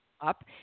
up